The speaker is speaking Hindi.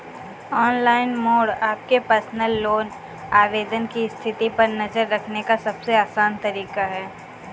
ऑनलाइन मोड आपके पर्सनल लोन आवेदन की स्थिति पर नज़र रखने का सबसे आसान तरीका है